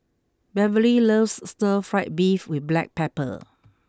Beverley loves Stir Fry Beef with Black Pepper